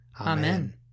Amen